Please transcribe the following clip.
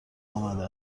آمده